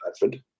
Bedford